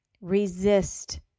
Resist